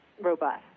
robust